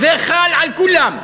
זה חל על כולם.